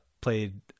played